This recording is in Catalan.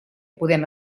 podem